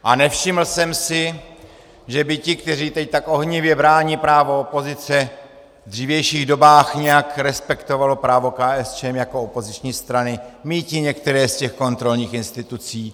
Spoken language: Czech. A nevšiml jsem si, že by ti, kteří teď tak ohnivě brání právo opozice, v dřívějších dobách nějak respektovali právo KSČM jako opoziční strany míti některé z těch kontrolních institucí.